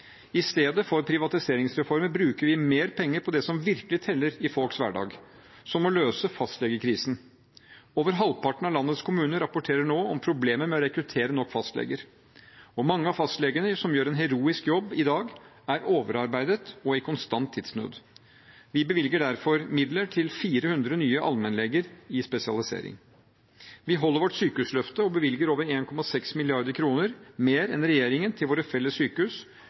I stedet for privatiseringsreformer bruker vi mer penger på det som virkelig teller i folks hverdag, som å løse fastlegekrisen. Over halvparten av landets kommuner rapporterer nå om problemer med å rekruttere nok fastleger. Og mange av fastlegene, som gjør en heroisk jobb i dag, er overarbeidet og i konstant tidsnød. Vi bevilger derfor midler til 400 nye allmennleger i spesialisering. Vi holder vårt sykehusløfte og bevilger over 1,6 mrd. kr mer enn regjeringen til våre felles sykehus,